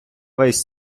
весь